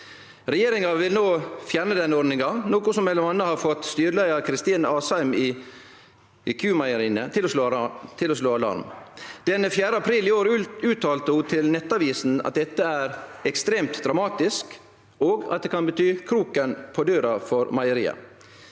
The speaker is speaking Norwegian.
Regjeringa vil no fjerne denne ordninga, noko som m.a. har fått styreleiar Kristine Aasheim i Q-Meieriene til å slå alarm. Den 4. april i år sa ho til Nettavisen at det er ekstremt dramatisk, og at det kan bety kroken på døra for meieria.